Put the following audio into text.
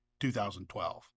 2012